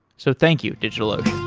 so, thank you, digitalocean.